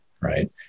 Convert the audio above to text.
right